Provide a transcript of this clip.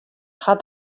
hat